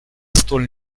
столь